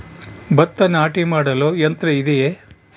ಭತ್ತ ನಾಟಿ ಮಾಡಲು ಯಂತ್ರ ಇದೆಯೇ?